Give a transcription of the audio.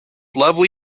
lovely